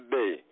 day